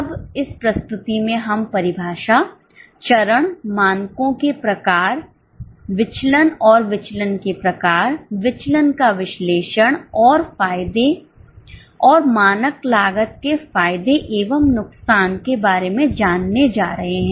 अब इस प्रस्तुति में हम परिभाषा चरण मानकों के प्रकार विचलन और विचलन के प्रकार विचलन का विश्लेषण और फायदे और मानक लागतके फायदे एवं नुकसान के बारे में जानने जा रहे हैं